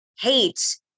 hate